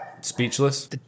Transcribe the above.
Speechless